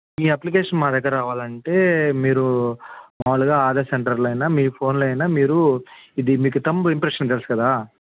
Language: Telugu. మీ అప్లికేషన్ మా దగ్గర రావాలంటే మీరు మాములుగా ఆధార్ సెంటర్లో అయిన మీ ఫోన్లో అయిన మీరు ఇది మీకు థంబ్ ఇంప్రెషన్ తెలుసు కదా